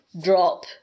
drop